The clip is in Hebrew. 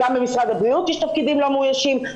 גם במשרד הבריאות יש תפקידים לא מאוישים,